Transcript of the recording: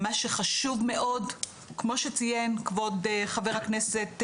מה שחשוב מאוד כמו שציין כבוד חבר הכנסת טיבי,